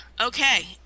Okay